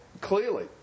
clearly